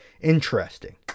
interesting